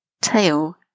tail